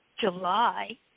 July